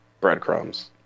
breadcrumbs